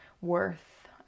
worth